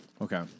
Okay